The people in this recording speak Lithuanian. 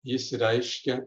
jis reiškia